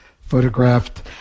photographed